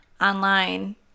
online